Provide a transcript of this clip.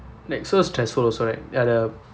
like so stressful also right ya the